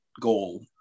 goal